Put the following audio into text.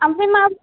आमफ्राय मा